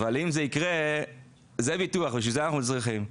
ואם זה יקרה בשביל זה אנחנו צריכים ביטוח.